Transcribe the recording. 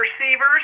receivers